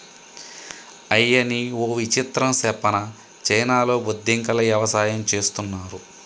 అయ్యనీ ఓ విచిత్రం సెప్పనా చైనాలో బొద్దింకల యవసాయం చేస్తున్నారు